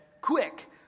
quick